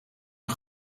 een